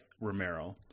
Romero